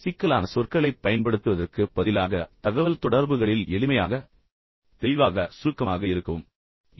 சொற்களின் சிக்கலான சொற்களைப் பயன்படுத்துவதற்குப் பதிலாக நீங்கள் தகவல்தொடர்புகளில் எளிமையாக தெளிவாக சுருக்கமாக இருக்க வேண்டும்